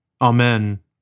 Amen